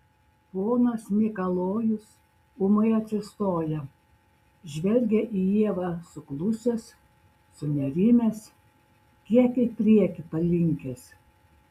ponas mikalojus ūmai atsistoja žvelgia į ievą suklusęs sunerimęs kiek į priekį palinkęs